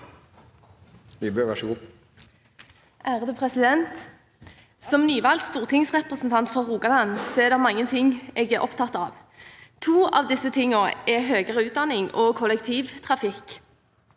(V) Som nyvalgt stortings- representant fra Rogaland er det mange ting jeg er opptatt av. To av disse tingene er høyere utdanning og kollektivtrafikk.